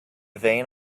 vane